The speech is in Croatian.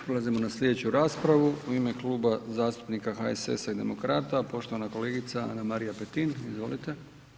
Prelazimo na slijedeću raspravu, u ime Kluba zastupnika HSS-a i Demokrata, poštovana kolegica Ana-Marija Petin, izvolite.